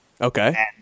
Okay